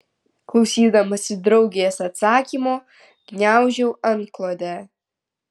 klausydamasi draugės atsakymo gniaužau antklodę